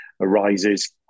arises